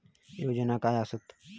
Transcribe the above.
योजना काय आसत?